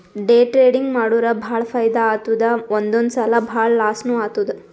day trading ಮಾಡುರ್ ಭಾಳ ಫೈದಾ ಆತ್ತುದ್ ಒಂದೊಂದ್ ಸಲಾ ಭಾಳ ಲಾಸ್ನೂ ಆತ್ತುದ್